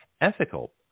ethical